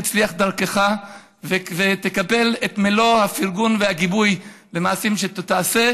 יצליח דרכך ותקבל את מלוא הפרגון והגיבוי למעשים שתעשה,